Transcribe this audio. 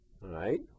right